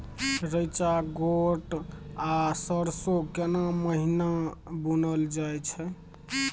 रेचा, गोट आ सरसो केना महिना बुनल जाय छै?